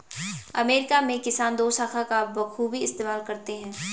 America में किसान दोशाखा का बखूबी इस्तेमाल करते हैं